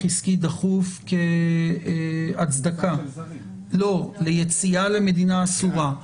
עסקי דחוף כהצדקה ליציאה למדינה אסורה,